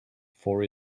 for